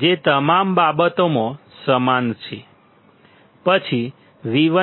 જે તમામ બાબતોમાં સમાન છે પછી V1V2 છે